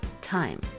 time